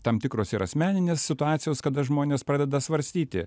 tam tikros ir asmeninės situacijos kada žmonės pradeda svarstyti